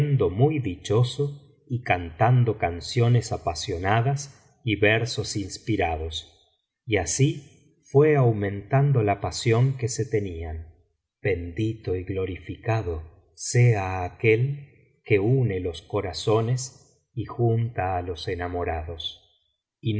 muy dichoso y cantando canciones apasionadas y versos inspirados y así fué aumentando la pasión que se tenían bendito y glorificado sea aquel que une los corazones y junta á los enamorados y